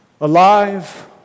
Alive